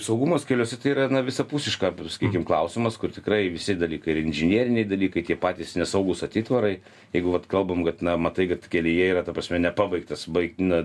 saugumas keliuose tai yra na visapusiška sakykim klausimas kur tikrai visi dalykai ir inžineriniai dalykai tie patys nesaugūs atitvarai jeigu vat kalbam kad na matai kad kelyje yra ta prasme nepabaigtas baigti na